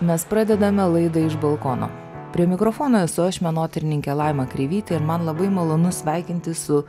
mes pradedame laidą iš balkono prie mikrofono esu aš menotyrininkė laima kreivytė ir man labai malonu sveikintis su